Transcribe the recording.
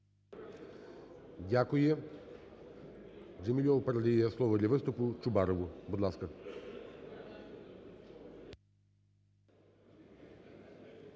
Дякую. Джемілєв передає слово для виступу Чубарову, будь ласка.